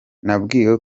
nabwiwe